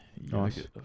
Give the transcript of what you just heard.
Nice